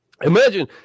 imagine